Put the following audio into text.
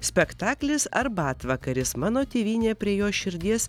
spektaklis arbatvakaris mano tėvynė prie jo širdies